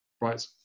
Right